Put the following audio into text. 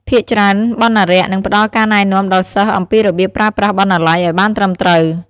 ភាគច្រើន បណ្ណារក្សនឹងផ្ដល់ការណែនាំដល់សិស្សអំពីរបៀបប្រើប្រាស់បណ្ណាល័យឱ្យបានត្រឹមត្រូវ។